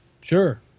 Sure